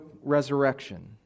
resurrection